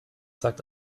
sagt